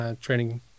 training